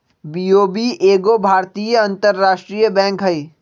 BOB एगो भारतीय अंतरराष्ट्रीय बैंक हइ